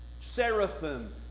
Seraphim